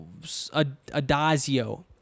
Adazio